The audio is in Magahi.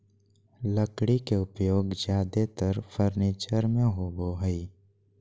लकड़ी के उपयोग ज्यादेतर फर्नीचर में होबो हइ